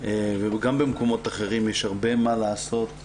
וגם במקומות אחרים יש הרבה מה לעשות.